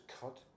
cut